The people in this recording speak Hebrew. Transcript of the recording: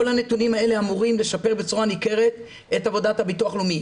כל הנתונים האלה אמורים לשפר בצורה ניכרת את עבודת הביטוח הלאומי.